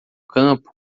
campo